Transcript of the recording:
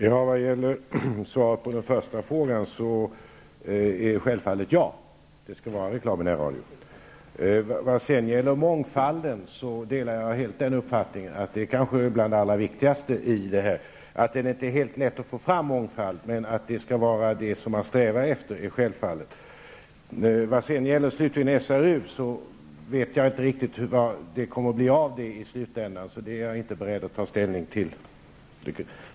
Herr talman! Svaret på den första frågan är självfallet ja. Det skall vara reklam i närradio. När det gäller mångfalden delar jag helt uppfattningen att mångfalden är bland det allra viktigaste i sammanhanget. Det är kanske inte helt lätt att få fram mångfald, men man skall självfallet sträva efter det. Vad slutligen gäller SRU vet jag inte riktigt vad det i slutändan blir av det, så det är jag inte beredd att ta ställning till nu.